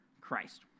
Christ